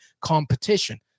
competition